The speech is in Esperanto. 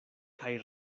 kaj